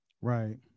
Right